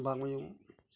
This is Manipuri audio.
ꯇꯝꯄꯥꯛꯃꯌꯨꯝ